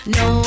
no